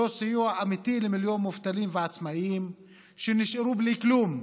לא סיוע אמיתי למיליון מובטלים ועצמאים שנשארו בלי כלום,